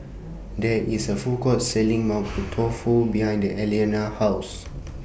There IS A Food Court Selling Mapo Tofu behind Aliana's House